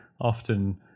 often